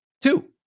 two